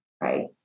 right